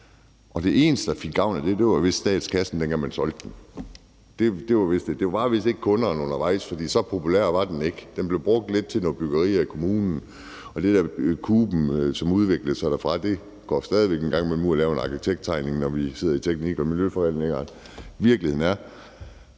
og den eneste, der fik gavn af det, var vist statskassen, dengang man solgte. Det var vist ikke kunderne undervejs, for så populær var den ikke. Den blev brugt lidt til nogle byggerier i kommunen, og Kuben, som udviklede sig derfra, går stadig væk en gang imellem ud og laver en arkitekttegning, når vi sidder i teknik og miljø-forhandlinger. Virkeligheden er,